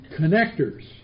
Connectors